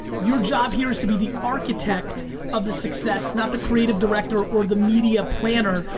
your job here is to be the architect of the success, not the creative director or the media planner,